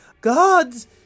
Gods